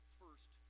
first